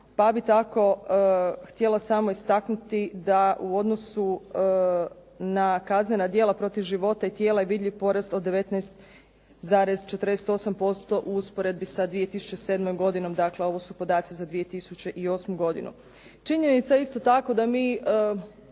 pa bi tako htjela samo istaknuti da u odnosu na kaznena djela protiv života i tijela je vidljiv porast od 19,48% u usporedbi sa 2007. godinom. Dakle, ovo su podaci za 2008. godinu. Činjenica je isto tako da mi